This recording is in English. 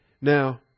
Now